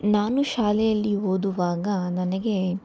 ನಾನು ಶಾಲೆಯಲ್ಲಿ ಓದುವಾಗ ನನಗೆ